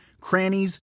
crannies